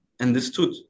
understood